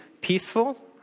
peaceful